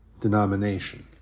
denomination